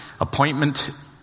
appointment